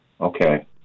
Okay